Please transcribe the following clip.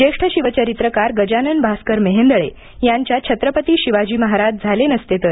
ज्येष्ठ शिवचरित्रकार गजानन भास्कर मेहेंदळे यांच्या छत्रपती शिवाजी महाराज झाले नसते तर